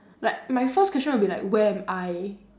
like my first question will be like where am I